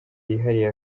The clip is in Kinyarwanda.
yihariye